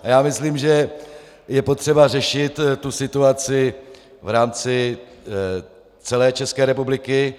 A já myslím, že je potřeba řešit situaci v rámci celé České republiky.